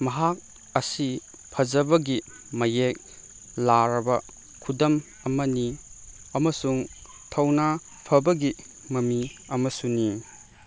ꯃꯍꯥꯛ ꯑꯁꯤ ꯐꯖꯕꯒꯤ ꯃꯌꯦꯛ ꯂꯥꯔꯕ ꯈꯨꯗꯝ ꯑꯃꯅꯤ ꯑꯃꯁꯨꯡ ꯊꯧꯅꯥ ꯐꯕꯒꯤ ꯃꯃꯤ ꯑꯃꯁꯨꯅꯤ